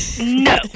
No